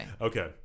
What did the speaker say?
Okay